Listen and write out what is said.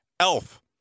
Elf